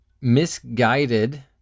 misguided